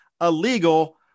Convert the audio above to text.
illegal